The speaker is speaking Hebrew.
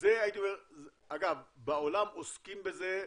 אגב, בעולם עוסקים בזה,